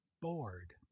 bored